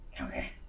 Okay